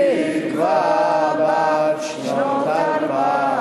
הנשיא! (חברי הכנסת מכבדים בקימה את צאת נשיא המדינה